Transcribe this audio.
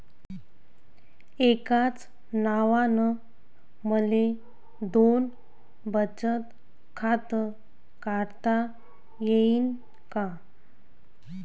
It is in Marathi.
एकाच नावानं मले दोन बचत खातं काढता येईन का?